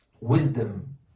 Wisdom